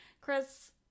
Chris